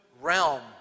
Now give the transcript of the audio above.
realm